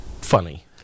funny